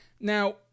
Now